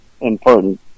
important